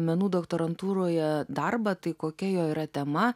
menų doktorantūroje darbą tai kokia jo yra tema